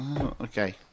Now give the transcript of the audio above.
Okay